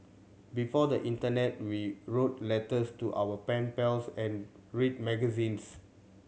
before the internet we wrote letters to our pen pals and read magazines